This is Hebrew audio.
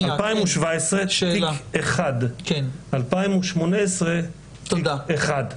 2017 תיק אחד, 2018 תיק אחד,